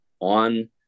on